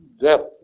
death